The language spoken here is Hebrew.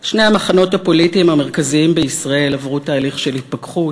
שני המחנות הפוליטיים המרכזיים בישראל עברו תהליך של התפכחות.